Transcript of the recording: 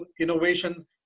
innovation